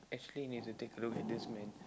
actually need to take a look at this man